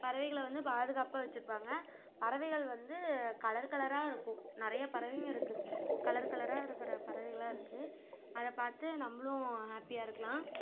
பறவைகளை வந்து பாதுகாப்பாக வச்சுருப்பாங்க பறவைகள் வந்து கலர் கலராக இருக்கும் நிறைய பறவைகள் இருக்குது கலர் கலராக இருக்கிற பறவைகளாக இருக்குது அதை பார்த்து நம்மளும் ஹாப்பியாக இருக்கலாம்